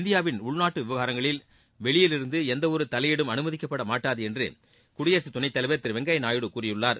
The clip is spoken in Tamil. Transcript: இந்தியாவின் உள்நாட்டு விவகாரங்களில் வெளியிலிருந்து எந்தவொரு தலையீடும் அனுமதிக்கப்பட மாட்டாது என்று குடியரசுத்துணைத்தலைவர் திரு வெங்கப்யா நாயுடு கூறியுள்ளார்